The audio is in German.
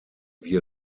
wie